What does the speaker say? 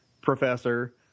professor